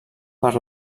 per